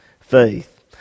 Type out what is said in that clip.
faith